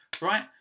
right